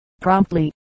promptly